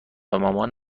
مامان